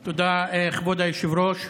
תודה, כבוד היושב-ראש.